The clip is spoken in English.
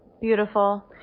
beautiful